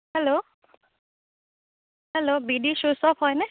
hello hello বি দি শ্বু শ্বপ হয়নে